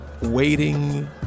waiting